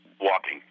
Walking